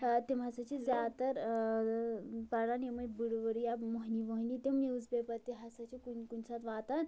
ٲں تِم ہسا چھِ زیادٕ تر ٲں پران یمٕے بٕڑٕ وٕڑٕ یا مٔنی ؤہنی تِم نِوٕز پیپر تہِ ہسا چھِ کُنہِ کُنہِ ساتہٕ واتان